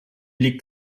liegt